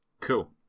Cool